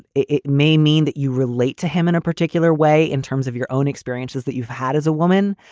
it it may mean that you relate to him in a particular way in terms of your own experiences that you've had as a woman.